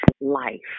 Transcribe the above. life